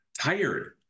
tired